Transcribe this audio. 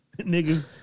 nigga